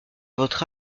votre